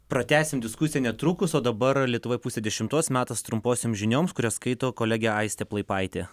pratęsim diskusiją netrukus o dabar lietuvoj pusė dešimos metas trumposiom žinioms kurias skaito kolegė aistė plaipaitė